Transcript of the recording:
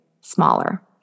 smaller